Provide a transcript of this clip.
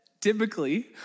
typically